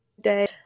day